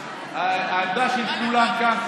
העמדה של כולם כאן,